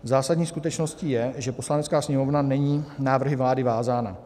Zásadní skutečností je, že Poslanecká sněmovna není návrhy vlády vázána.